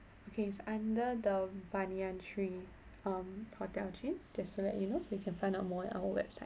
okay it's under the banyan tree um hotel chain just to let you know so you can find out more in our website